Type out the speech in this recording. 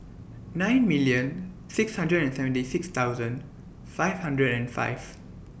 nine million six hundred and seventy six thousand five hundred and five